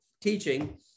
teaching